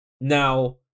Now